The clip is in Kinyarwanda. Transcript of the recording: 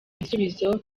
igisubizo